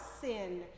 sin